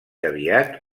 aviat